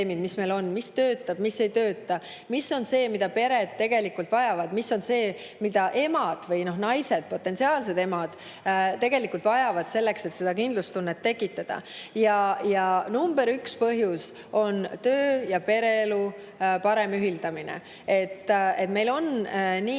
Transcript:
mis meil on. Mis töötab, mis ei tööta, mis on see, mida pered tegelikult vajavad, mis on see, mida emad või naised, potentsiaalsed emad, tegelikult vajavad selleks, et kindlustunne tekiks? Number üks [murekoht] on töö- ja pereelu parem ühildamine. Meil on haritud